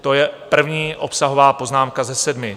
To je první obsahová poznámka ze sedmi.